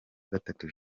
gatatu